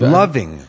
loving